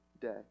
day